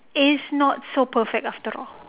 is not so perfect after all